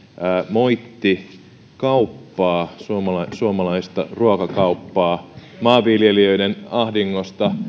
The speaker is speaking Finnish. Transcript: moitti kauppaa suomalaista ruokakauppaa maanviljelijöiden ahdingosta